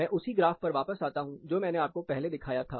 मैं उसी ग्राफ पर वापस आता हूं जो मैंने आपको पहले दिखाया था